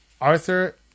Arthur